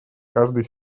каждый